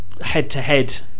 head-to-head